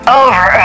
over